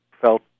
felt